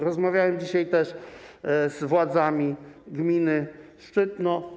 Rozmawiałem dzisiaj też z władzami gminy Szczytno.